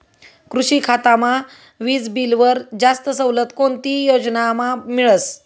कृषी खातामा वीजबीलवर जास्त सवलत कोणती योजनामा मिळस?